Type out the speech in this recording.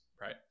right